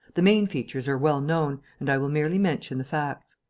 the main features are well known and i will merely mention the facts.